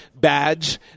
badge